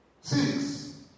Six